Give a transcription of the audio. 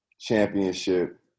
championship